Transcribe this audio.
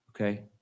okay